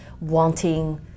wanting